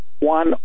one